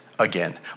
again